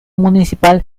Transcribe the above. municipal